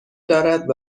دارد